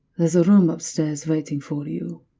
there's a room upstairs waiting for you.